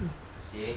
ya